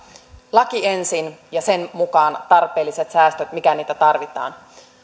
laki ensin ja sen mukaan tarpeelliset säästöt mikäli niitä tarvitaan